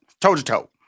toe-to-toe